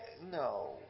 No